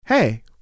Hey